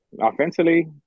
offensively